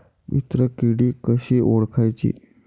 मित्र किडी कशी ओळखाची?